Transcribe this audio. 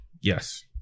Yes